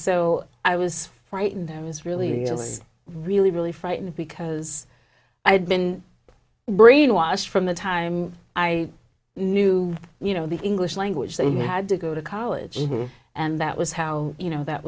so i was frightened that was really really really frightening because i had been brainwashed from the time i knew you know the english language that you had to go to college and that was how you know that